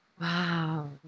Wow